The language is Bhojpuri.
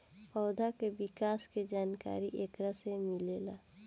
पौधा के विकास के जानकारी एकरा से मिलेला